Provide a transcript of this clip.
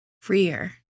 freer